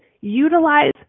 utilize